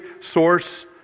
source